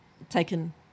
taken